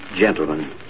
Gentlemen